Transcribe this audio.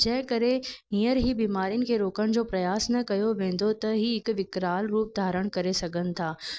जंहिं करे हींअर ई बीमारी खे रोकण जो प्रयास न कयो वेंदो त हीउ हिकु विकराल रूप धारण करे सघनि था